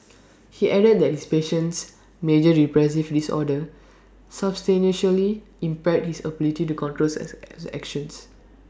he added that his patient's major depressive disorder substantially impaired his ability to control his actions